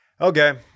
okay